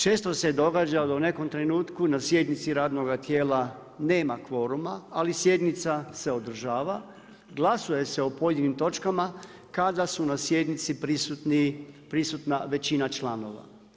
Često se događa da u nekom trenutku na sjednici radnoga tijela nema kvoruma, ali sjednica se održava, glasuje o pojedinim točkama kada su na sjednici prisutna većina članova.